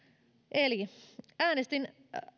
eli äänestin